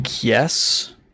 yes